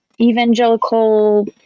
evangelical